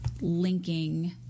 linking